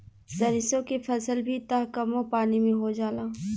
सरिसो के फसल भी त कमो पानी में हो जाला